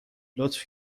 لطف